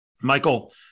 Michael